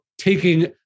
taking